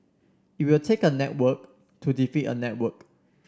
it will take a network to defeat a network